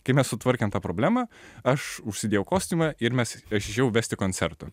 kai mes sutvarkėm tą problemą aš užsidėjau kostiumą ir mes aš išėjau vesti koncerto